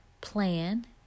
plan